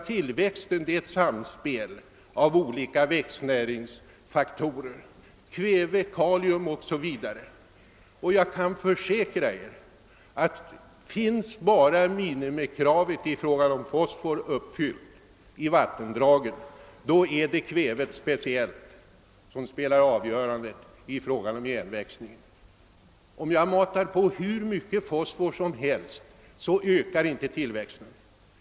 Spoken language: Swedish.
Tillväxten påverkas av det samspel mellan olika växtnäringsfaktorer, såsom t.ex. kväve och kalium m.fl. Om tillräckligt med fosfor finns i vattendraget är det andra ämnen, speciellt kväve, som spelar den avgörande rollen för igenväxningen. Hur mycket fosfor man än sedan matar på, påverkar detta ändå inte tillväxten.